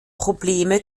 probleme